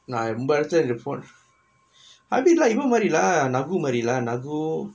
நா ரொம்ப இடதுலே:naa romba idathula hybrid னா இவ மாரி:naa iva maari lah nagu மாரி:maari lah nagu